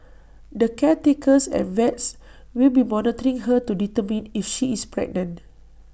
the caretakers and vets will be monitoring her to determine if she is pregnant